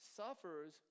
suffers